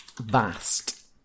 Vast